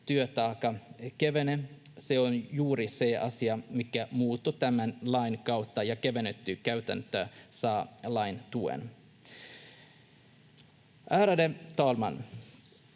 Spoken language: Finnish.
työtaakka kevenee. Se on juuri se asia, mikä muuttuu tämän lain kautta, ja kevennetty käytäntö saa lain tuen.